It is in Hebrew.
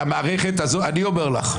אני אומר לך,